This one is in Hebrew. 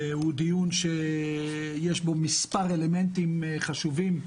הוא דיון שיש בו מספר אלמנטים חשובים,